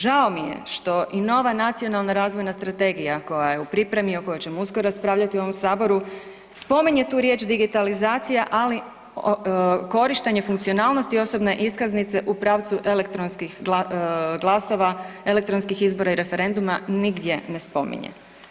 Žao mi je što i nova Nacionalna razvojna strategija koja je u pripremi, o kojoj ćemo uskoro raspravljati u ovom saboru, spominje tu riječ „digitalizacija“, ali korištenje funkcionalnosti osobne iskaznice u pravcu elektronskih glasova, elektronskih izbora i referenduma nigdje ne spominje.